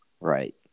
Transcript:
Right